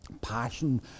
passion